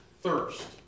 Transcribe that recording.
thirst